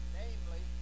namely